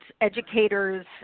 educators